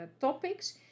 topics